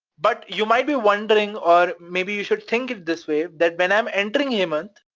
but you might be wondering, or maybe you should think of this way, that when i'm entering hemant,